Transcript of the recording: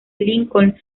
lincoln